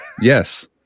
Yes